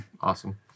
Awesome